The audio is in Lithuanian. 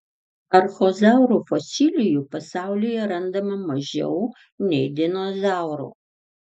archozaurų fosilijų pasaulyje randama mažiau nei dinozaurų